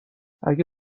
اگر